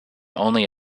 only